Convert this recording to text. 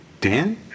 Dan